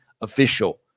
official